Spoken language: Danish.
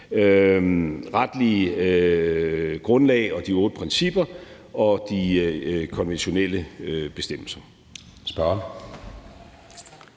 retlige grundlag, de otte principper og de konventionelle bestemmelser.